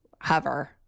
hover